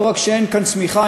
לא רק שאין כאן צמיחה,